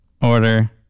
order